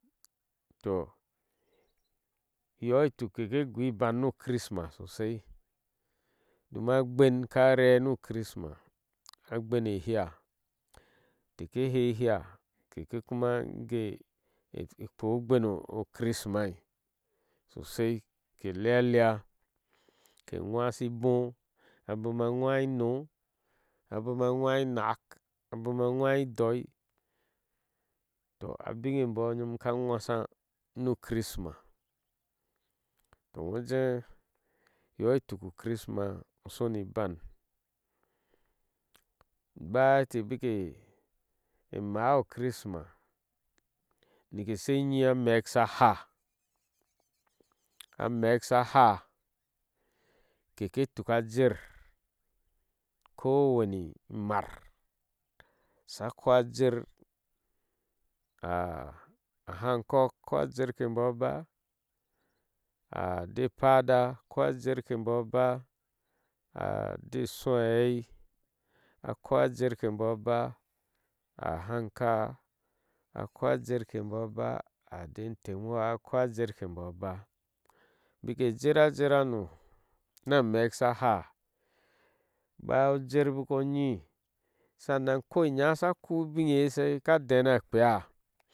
To iyo ituk keke gui iban, nu krisma sosai domm agbenl ka re nu u krisma a gben, e heea` keke heei eheea` keke kuma nika kpho ogben or krimai sosai ke lee aleea` ke ŋwasiboh a bon, a ŋwasi ino abon, a ŋwasi inak, abon, a ŋwasi idoŋc abiŋebooh beŋ shika gwasa nu krisma toh ŋo ujeh iyo iyuk u krisma uku baŋ. baya teh bikre maá krisma neke she yiŋ a mek sha haa a meke sha haa keke tuka a jer ko wani imari sa kpo a ver a hankok asa kpho a jer ke mbooh a baa ade pada asha kpho ajer ebooh abaa a da sho heei asha kpo a jer ke boh abah a hanka asa kpho a jer kr booh abaa a dei temuwa asa kpoho ajer ke mbvooh a baá bike jer ajer a no na mek aha haa baya a jer bika yhi sannan konya sa ko ubiŋe ye asa dena kpeeá.